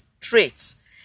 traits